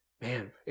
Man